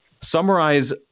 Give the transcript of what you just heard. summarize